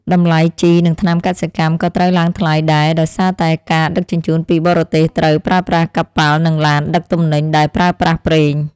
តម្លៃជីនិងថ្នាំកសិកម្មក៏ត្រូវឡើងថ្លៃដែរដោយសារតែការដឹកជញ្ជូនពីបរទេសត្រូវប្រើប្រាស់កប៉ាល់និងឡានដឹកទំនិញដែលប្រើប្រាស់ប្រេង។